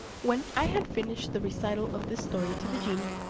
when i had finished the recital of this story to the genie,